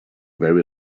very